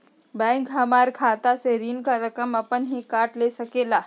Bank हमार खाता से ऋण का रकम अपन हीं काट ले सकेला?